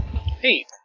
Hey